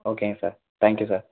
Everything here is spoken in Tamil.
ஓகேங்க சார் தேங்க்யூ சார்